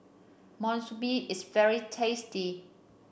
Monsunabe is very tasty